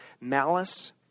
Malice